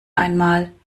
einmal